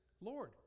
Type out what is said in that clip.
Lord